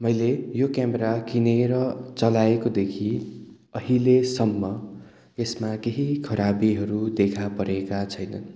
मैले यो क्यामेरा किनेर चलाएकोदेखि अहिलेसम्म यसमा केही खराबीहरू देखापरेका छैनन्